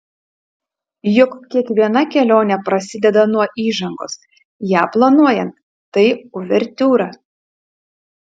juk kiekviena kelionė prasideda nuo įžangos ją planuojant tai uvertiūra